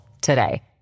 today